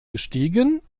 gestiegen